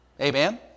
Amen